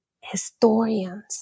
historians